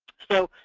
so,